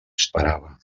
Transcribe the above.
esperava